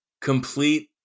complete